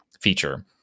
feature